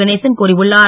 கணேசன் கூறியுள்ளார்